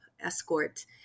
escort